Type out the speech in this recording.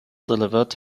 delivered